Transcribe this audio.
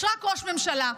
יש רק ראש ממשלה.